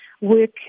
work